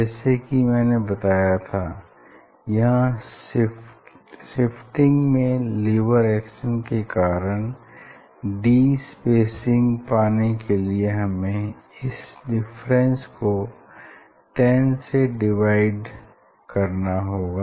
जैसा कि मैंने बताया था यहाँ शिफ्टिंग में लीवर एक्शन के कारण d स्पेसिंग पाने के लिए हमें इस डिफरेंस को 10 से डिवाइड करना होगा